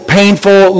painful